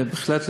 בהחלט,